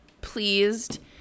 pleased